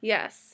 Yes